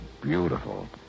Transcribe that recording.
beautiful